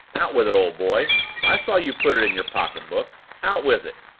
out with it, old boy i saw you put it in your pocket-book out with it!